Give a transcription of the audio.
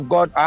God